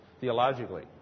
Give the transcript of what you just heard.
theologically